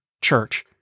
church